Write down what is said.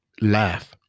laugh